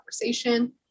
conversation